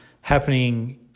happening